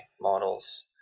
models